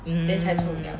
mm